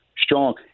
strong